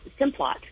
Simplot